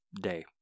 day